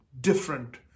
different